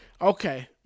Okay